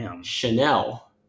Chanel